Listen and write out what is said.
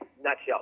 nutshell